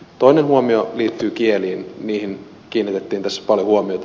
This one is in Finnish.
toinen huomio liittyy kieliin niihin kiinnitettiin tässä paljon huomiota